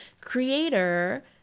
creator